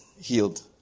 healed